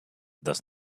does